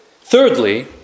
Thirdly